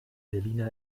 selina